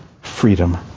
freedom